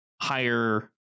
higher